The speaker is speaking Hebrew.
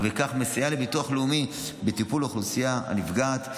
ובכך מסייע לביטוח לאומי בטיפול באוכלוסייה הנפגעת.